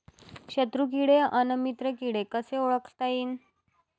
शत्रु किडे अन मित्र किडे कसे ओळखता येईन?